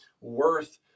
worth